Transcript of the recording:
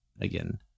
again